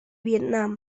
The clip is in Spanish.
vietnam